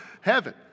heaven